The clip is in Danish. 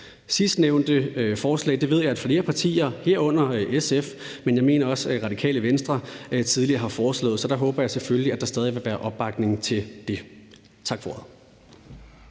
Sidstnævnte forslag ved jeg at flere partier, herunder SF, bakker op om, men jeg mener også, at Radikale Venstre tidligere har foreslået de, så jeg håber, der stadig vil være opbakning til det. Tak for ordet.